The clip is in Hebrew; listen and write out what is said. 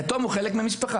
היתום הוא חלק מהמשפחה.